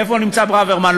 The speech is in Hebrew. איפה נמצא ברוורמן?